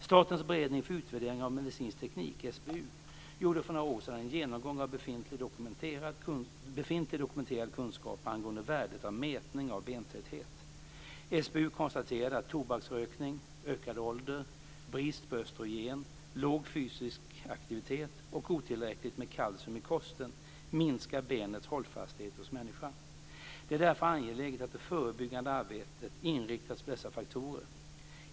Statens beredning för utvärdering av medicinsk teknik gjorde för några år sedan en genomgång av befintlig dokumenterad kunskap angående värdet av mätning av bentäthet. SBU konstaterade att tobaksrökning, ökad ålder, brist på östrogen, låg fysisk aktivitet och otillräckligt med kalcium i kosten minskar benets hållfasthet hos människan. Det är därför angeläget att det förebyggande arbetet inriktas på dessa faktorer.